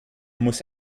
muss